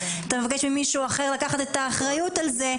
אתה מבקש ממישהו אחר לקחת את האחריות על זה,